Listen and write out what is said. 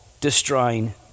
destroying